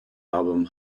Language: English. album